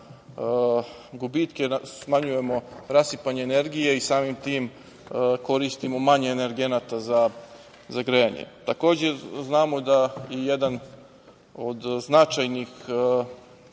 gubitke, smanjujemo rasipanje energije i samim tim, koristimo manje energenata za grejanje. Takođe, znamo da jedan od značajnih